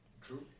True